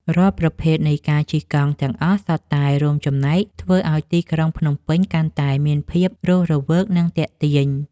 រាល់ប្រភេទនៃការជិះកង់ទាំងអស់ សុទ្ធតែរួមចំណែកធ្វើឱ្យទីក្រុងភ្នំពេញកាន់តែមានភាពរស់រវើក និងទាក់ទាញ។